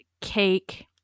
cake